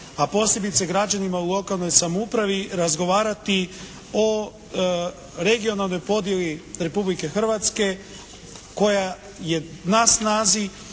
a posebice građanima u lokalnoj samoupravi razgovarati o regionalnoj podjeli Republike Hrvatske koja je na snazi